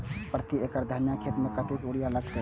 प्रति एकड़ धनिया के खेत में कतेक यूरिया लगते?